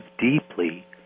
deeply